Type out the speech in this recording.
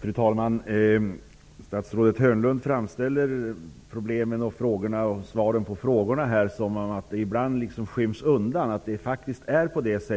Fru talman! Statsrådet Hörnlund framställer problemen och svaren på frågorna så, att det ibland döljs